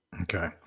Okay